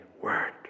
word